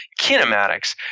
kinematics